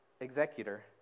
executor